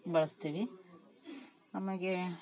ಬಳಸ್ತೀವಿ ಆಮೇಲೆ